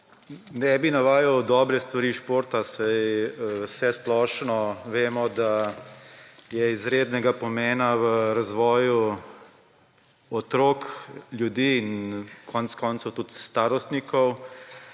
Ne bi navajal dobrih stvari športa, saj vsesplošno vemo, da je izrednega pomena v razvoju otrok, ljudi in konec koncev tudi starostnikov.